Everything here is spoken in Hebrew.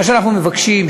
מה שאנחנו מבקשים,